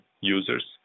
users